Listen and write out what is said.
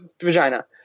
Vagina